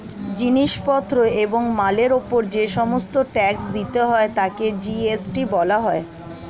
জিনিস পত্র এবং মালের উপর যে সমস্ত ট্যাক্স দিতে হয় তাকে জি.এস.টি বলা হয়